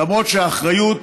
למרות שהאחריות